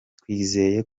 twizeye